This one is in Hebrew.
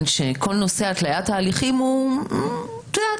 שכל נושא התליית ההליכים הוא אזוטרי,